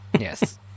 Yes